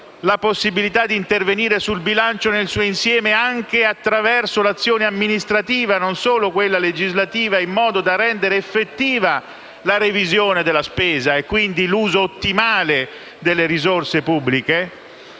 la possibilità di intervenire sul bilancio nel suo insieme, anche attraverso l'azione amministrativa, non solo quella legislativa, in modo da rendere effettiva la revisione della spesa e quindi l'uso ottimale delle risorse pubbliche.